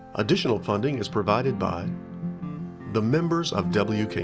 additional funding is provided by the members of